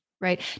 right